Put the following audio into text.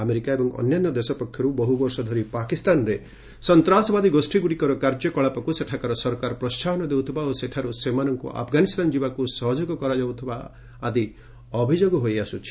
America ଏବଂ ଅନ୍ୟାନ୍ୟ ଦେଶ ପକ୍ଷରୁ ବହୁବର୍ଷ ଧରି ପାକିସ୍ତାନରେ ସନ୍ତାସବାଦୀ ଗୋଷ୍ଠୀଗୁଡ଼ିକର କାର୍ଯ୍ୟକଳାପକୁ ସେଠାକାର ସରକାର ପ୍ରୋହାହନ ଦେଉଥିବା ଓ ସେଠାରୁ ସେମାନଙ୍କୁ ଆଫଗାନିସ୍ଥାନ ଯିବାକୁ ସହଯୋଗ କରାଯାଉଥିବା ଆଦି ଅଭିଯୋଗ ହୋଇଆସୁଛି